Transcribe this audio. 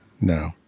No